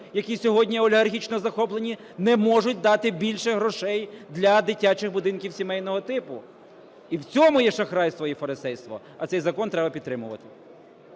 які сьогодні олігархічно захоплені, не можуть дати більше грошей для дитячих будинків сімейного типу. І в цьому є шахрайство і фарисейство. А цей закон треба підтримувати.